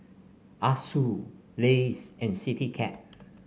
Asus Lays and Citycab